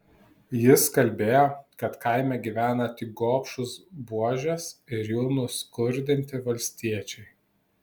jis kalbėjo kad kaime gyvena tik gobšūs buožės ir jų nuskurdinti valstiečiai